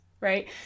Right